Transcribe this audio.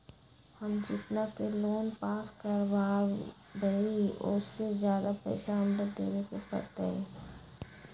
हम जितना के लोन पास कर बाबई ओ से ज्यादा पैसा हमरा देवे के पड़तई?